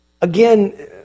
again